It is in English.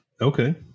Okay